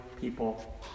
people